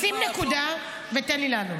שים נקודה ותן לי לענות.